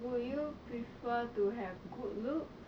would you prefer to have good looks